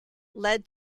led